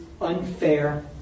unfair